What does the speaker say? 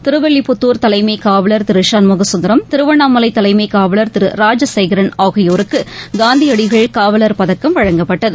திருவில்லிபுத்தூர் தலைமைகாவலர் திருசண்முகசுந்தரம் திருவண்ணாமலைதலைமைகாவலர் திருராஜசேகரன் ஆகியோருக்குகாந்தியடிகள் காவலர் பதக்கம் வழங்கப்பட்டது